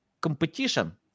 competition